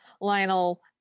Lionel